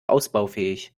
ausbaufähig